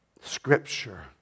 Scripture